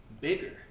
bigger